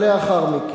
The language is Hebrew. לאחר מכן.